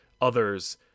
others